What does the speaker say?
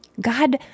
God